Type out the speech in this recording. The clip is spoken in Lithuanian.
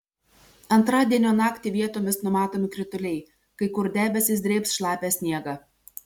antradienio naktį vietomis numatomi krituliai kai kur debesys drėbs šlapią sniegą